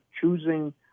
choosing